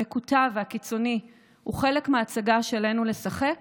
המקוטב והקיצוני הוא חלק מההצגה שעלינו לשחק